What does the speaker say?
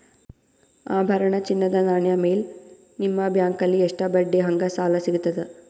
ಆಭರಣ, ಚಿನ್ನದ ನಾಣ್ಯ ಮೇಲ್ ನಿಮ್ಮ ಬ್ಯಾಂಕಲ್ಲಿ ಎಷ್ಟ ಬಡ್ಡಿ ಹಂಗ ಸಾಲ ಸಿಗತದ?